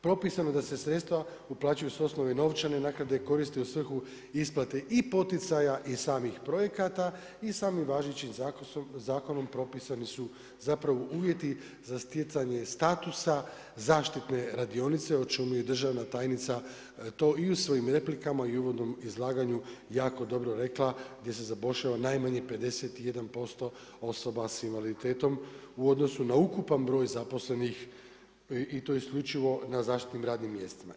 Propisano je da se sredstva uplaćuju s osnove novčane naknade koriste u svrhu isplate i poticaja i samih projekata i samim važećim zakonom propisni su uvjeti za stjecanje statusa zaštitne radionice o čemu je državna tajnica to i u svojim replika i u uvodnom izlaganju jako dobro rekla gdje se zapošljava najmanje 51% osoba s invaliditetom u odnosu na ukupan broj zaposlenih i to isključivo na zaštitnim radnim mjestima.